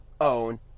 own